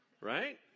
right